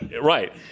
Right